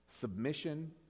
submission